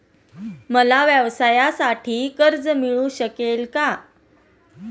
मला व्यवसायासाठी कर्ज मिळू शकेल का?